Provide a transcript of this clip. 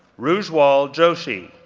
rajwol joshi,